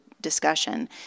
discussion